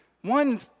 One